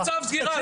קיבלו צו סגירה.